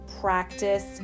practice